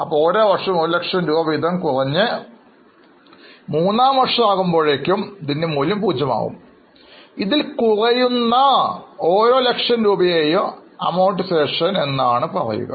അപ്പോൾ ഓരോ വർഷവും ഒരു ലക്ഷം രൂപ വീതം കുറഞ്ഞ് മൂന്നാം വർഷമാകുമ്പോഴേക്കും ഇതിൻറെ മൂല്യം 0 ആകും ഇതിൽ കുറയുന്ന ഓരോ ലക്ഷം രൂപയെ Amortization എന്നാണ് പറയുക